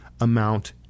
amount